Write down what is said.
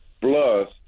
plus